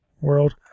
world